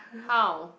how